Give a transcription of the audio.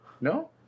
No